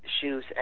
shoes